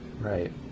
right